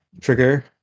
trigger